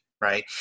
Right